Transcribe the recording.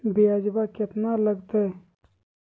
ब्यजवा केतना लगते?